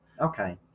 okay